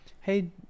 hey